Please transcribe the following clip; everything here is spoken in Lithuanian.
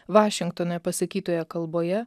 vašingtone pasakytoje kalboje